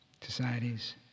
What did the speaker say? societies